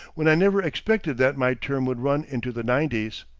when i never expected that my term would run into the nineties.